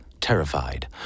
terrified